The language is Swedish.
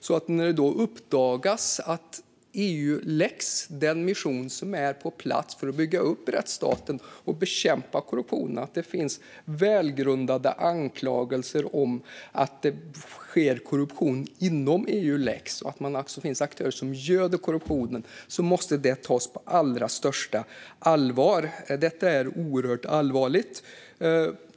När det då uppdagas att det finns välgrundade anklagelser om korruption inom Eulex, den mission som är på plats för att bygga upp rättsstaten och bekämpa korruptionen, och att där alltså finns aktörer som göder korruptionen måste det tas på allra största allvar. Detta är oerhört allvarligt.